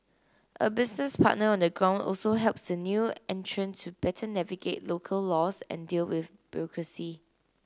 a business partner on the ground also helps the new entrant to better navigate local laws and deal with bureaucracy